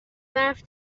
برف